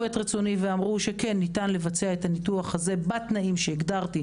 את רצוני ואמרו שניתן לבצע את הניתוח הזה בתנאים שהגדרתי,